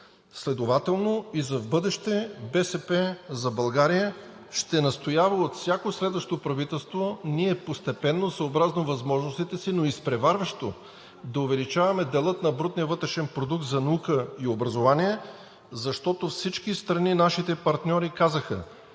Следователно и за в бъдеще „БСП за България“ ще настоява пред всяко следващо правителство постепенно, съобразно възможностите си, но изпреварващо, да увеличаваме дела на брутния вътрешен продукт за наука и образование, защото всички страни… Нашите партньори казаха,